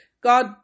god